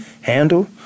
handle